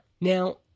Now